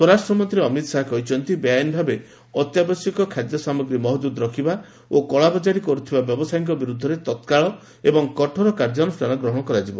ସ୍ୱରାଷ୍ଟ୍ରମନ୍ତ୍ରୀ ଅମିତ ଶାହ କହିଛନ୍ତି ବେଆଇନ ଭାବେ ଅତ୍ୟାବଶ୍ୟକ ସାମଗ୍ରୀ ମହକ୍କୁଦ ରଖିବା ଓ କଳାବଜାରୀ କରୁଥିବା ଲୋକଙ୍କ ବିରୂଦ୍ଧରେ ତତ୍କାଳ ଏବଂ କଠୋର କାର୍ଯ୍ୟାନୁଷ୍ଠାନ ଗହଣ କରାଯିବ